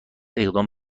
اقدام